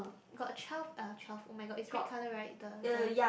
got twelve uh twelve oh-my-god is red color right the the